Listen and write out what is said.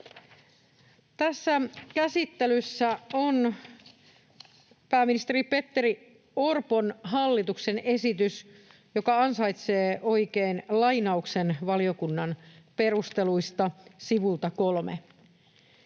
Tässä käsittelyssä on pääministeri Petteri Orpon hallituksen esitys, joka ansaitsee oikein lainauksen valiokunnan perusteluista sivulta 3: